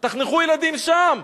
תחנכו ילדים שם.